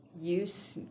use